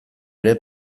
ere